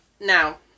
now